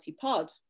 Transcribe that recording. Pod